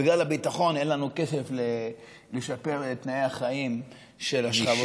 בגלל הביטחון אין לנו כסף לשפר את תנאי החיים של השכבות,